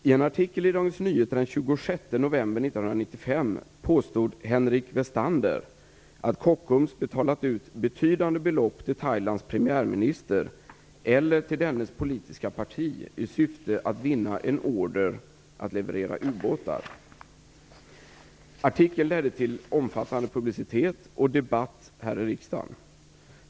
I en artikel i Dagens Nyheter den 26 november 1995 påstod Henrik Westander att Kockums betalat ut betydande belopp till Thailands premiärminister eller till dennes politiska parti i syfte att vinna en order att leverera ubåtar. Artikeln ledde till omfattande publicitet och debatt här i riksdagen.